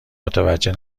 متوجه